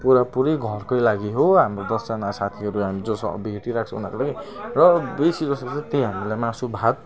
पुरापुरी घरकै लागि हो हाम्रो दसजना साथीहरू हामी जोसँग भेटिरहेको छु उनीहरूलाई र बेसी जस्तो चाहिँ त्यही हामीलाई मासु भात